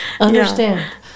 understand